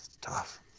tough